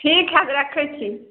ठीक हए तऽ रखैत छी